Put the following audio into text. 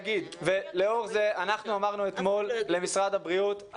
לאור זה אנחנו אמרנו אתמול למשרד הבריאות,